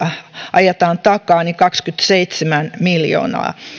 ajetaan takaa kaksikymmentäseitsemän miljoonaa